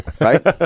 Right